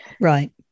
Right